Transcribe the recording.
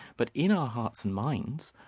but in our hearts and minds,